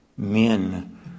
Men